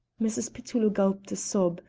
mrs. petullo gulped a sob,